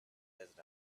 desert